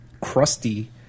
crusty